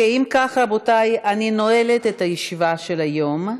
אם כך, רבותי, אני נועלת את הישיבה של היום.